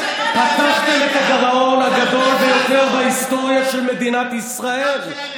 פתחתם את הגירעון הגדול ביותר בהיסטוריה של מדינת ישראל.